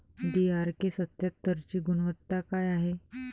DRK सत्यात्तरची गुनवत्ता काय हाय?